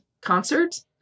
concert